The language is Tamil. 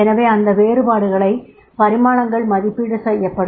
எனவே அந்த பரிமாணங்கள் மதிப்பீடு செய்யப்படும்